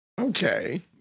Okay